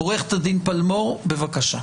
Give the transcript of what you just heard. עו"ד פלמור, בבקשה.